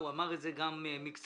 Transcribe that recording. הוא אמר את זה גם מקצועית.